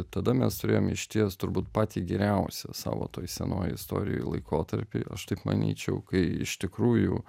tada mes turėjom išties turbūt patį geriausią savo toj senoje istorijoj laikotarpį ir aš taip manyčiau kai iš tikrųjų